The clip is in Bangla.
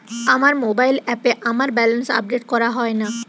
আমার মোবাইল অ্যাপে আমার ব্যালেন্স আপডেট করা হয় না